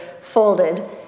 folded